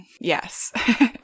yes